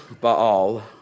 Baal